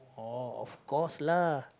oh of course lah